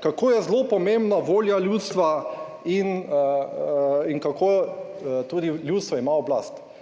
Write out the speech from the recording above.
kako je zelo pomembna volja ljudstva in, in kako, tudi ljudstvo ima oblast.